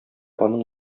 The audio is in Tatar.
аның